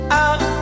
out